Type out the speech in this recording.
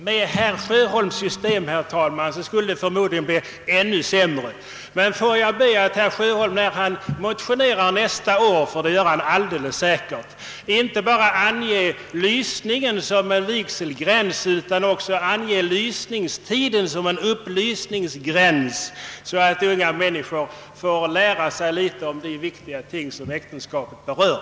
Med herr Sjöholms system, herr talman, skulle det förmodligen bli ännu sämre. Jag får be att herr Sjöholm när han motionerar nästa år — jag är säker på att han kommer att göra det — inte bara föreslår lysningen som vigselgräns, utan också föreslår att lysningstiden skall vara en upplysningstid, då unga människor får lära sig litet om de viktiga ting som äktenskapet berör.